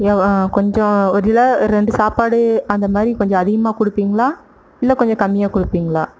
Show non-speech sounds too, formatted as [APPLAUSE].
கொஞ்சம் [UNINTELLIGIBLE] ரெண்டு சாப்பாடு அந்தமாதிரி கொஞ்சம் அதிகமாக கொடுப்பீங்களா இல்லை கொஞ்சம் கம்மியாக கொடுப்பீங்களா